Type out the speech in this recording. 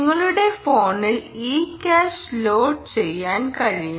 നിങ്ങളുടെ ഫോണിൽ e cash load ചെയ്യാൻ കഴിയും